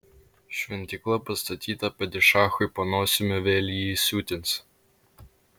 šventykla pastatyta padišachui po nosimi vėl jį įsiutins